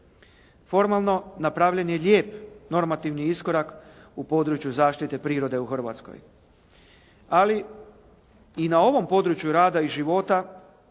Formalno, napravljen je lijep normativni iskorak u području zaštite prirode u Hrvatskoj, ali i na ovom području rada i života